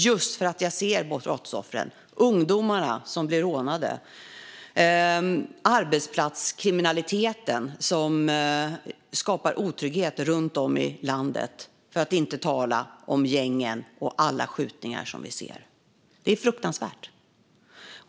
Jag ser brottsoffren, ungdomarna som rånas och arbetsplatskriminaliteten som skapar otrygghet runt om i landet, för att inte tala om gängen och alla skjutningarna. Det är fruktansvärt.